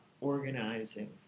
organizing